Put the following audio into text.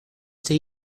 they